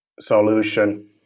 solution